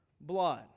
blood